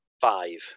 Five